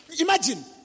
Imagine